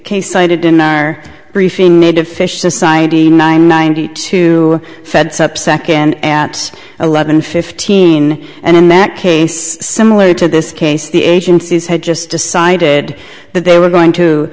case cited in their fish society nine ninety two fed subsecond at eleven fifteen and in that case similar to this case the agencies had just decided that they were going to